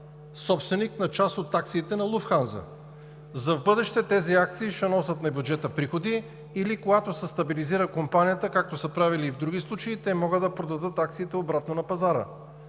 собственик на част от акциите на Луфтханза. За в бъдеще тези акции ще носят на бюджета приходи или когато се стабилизира компанията, както са правили в други случаи, те могат да продадат акциите обратно на пазара.